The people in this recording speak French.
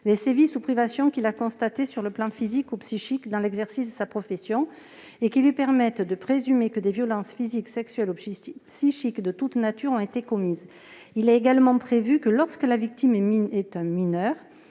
les sévices ou privations qu'il a constatés, sur le plan physique ou psychique, dans l'exercice de sa profession et qui lui permettent de présumer que des violences physiques, sexuelles ou psychiques de toute nature ont été commises ». Il dispose également :« Lorsque la victime est un mineur